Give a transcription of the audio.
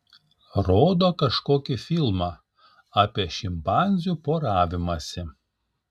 rodo kažkokį filmą apie šimpanzių poravimąsi